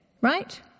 right